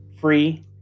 free